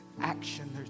action